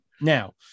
now